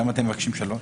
למה אתם מבקשים שלוש?